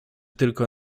tylko